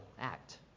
act